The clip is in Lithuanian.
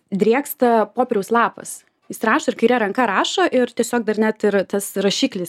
drėksta popieriaus lapas jis rašo ir kaire ranka rašo ir tiesiog dar net ir tas rašiklis